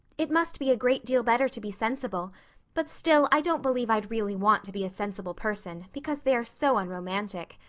it must be a great deal better to be sensible but still, i don't believe i'd really want to be a sensible person, because they are so unromantic.